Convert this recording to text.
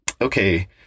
Okay